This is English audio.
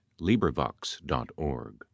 LibriVox.org